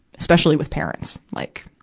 especially with parents. like,